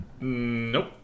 Nope